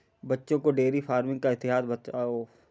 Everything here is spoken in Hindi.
बच्चों को डेयरी फार्मिंग का इतिहास बताओ